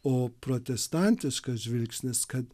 o protestantiškas žvilgsnis kad